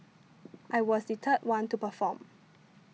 I was the third one to perform